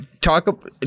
talk –